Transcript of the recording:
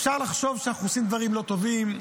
אפשר לחשוב שאנחנו עושים דברים לא טובים.